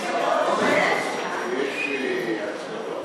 תתבייש לך.